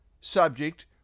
subject